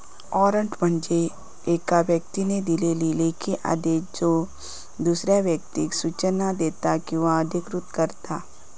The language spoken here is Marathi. वॉरंट म्हणजे येका व्यक्तीन दिलेलो लेखी आदेश ज्यो दुसऱ्या व्यक्तीक सूचना देता किंवा अधिकृत करता